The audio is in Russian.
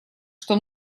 что